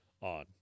on